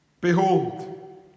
Behold